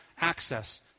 access